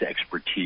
expertise